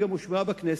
היא גם הושמעה בכנסת,